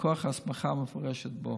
מכוח הסמכה מפורשת בו.